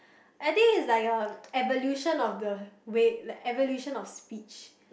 I think is like um evolution of the way like evolution of speech